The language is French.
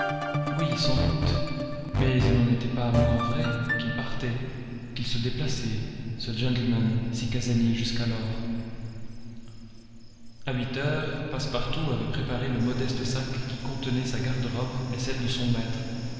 oui sans doute mais il n'en était pas moins vrai qu'il partait qu'il se déplaçait ce gentleman si casanier jusqu'alors a huit heures passepartout avait préparé le modeste sac qui contenait sa garde-robe et celle de son maître